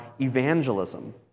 evangelism